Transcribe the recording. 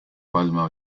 palma